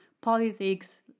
politics